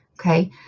Okay